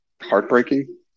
heartbreaking